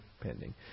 pending